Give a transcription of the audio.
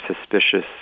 suspicious